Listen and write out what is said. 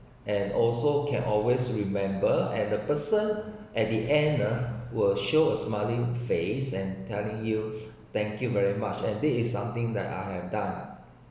and also can always remember at the person at the end ah will show a smiling face and telling you thank you very much and this is something that I have done